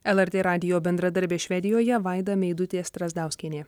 lrt radijo bendradarbė švedijoje vaida meidutė strazdauskienė